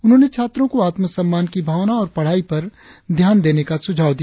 उन्होंने छात्रों को आत्मसम्मान की भावना और पढ़ाई पर ध्यान देने का सुझाव दिया